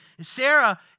Sarah